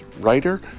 writer